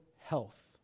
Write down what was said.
health